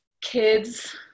kids